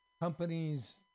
Companies